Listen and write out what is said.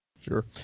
Sure